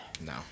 No